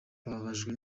bababajwe